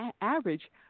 average